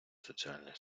соціальний